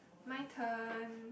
my turn